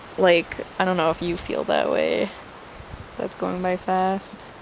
like i don't know if you feel that way that's going by fast?